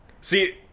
See